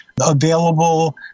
available